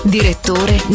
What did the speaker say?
Direttore